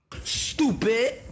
stupid